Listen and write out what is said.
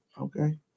Okay